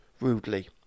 rudely